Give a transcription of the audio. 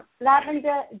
Lavender